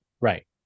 Right